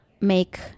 make